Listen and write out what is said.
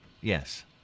Yes